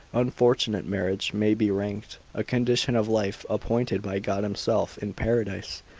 unfortunate marriage may be ranked a condition of life appointed by god himself in paradise,